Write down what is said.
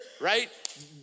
right